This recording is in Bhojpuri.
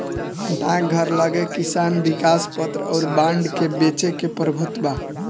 डाकघर लगे किसान विकास पत्र अउर बांड के बेचे के प्रभुत्व बा